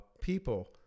people